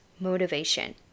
motivation